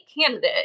candidate